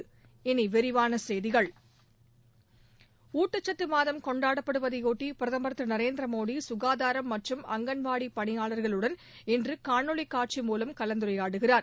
இனி விரிவான செய்திகள் ஊட்டச்சத்து மாதம் கொண்டாடப்படுவதையொட்டி பிரதமள் திரு நரேந்திர மோடி சுகாதாரம் மற்றும் அங்கன்வாடி பணியாளர்களுடன் இன்று காணொலி காட்சி மூலம் கலந்துரையாடுகிறார்